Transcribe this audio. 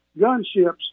gunships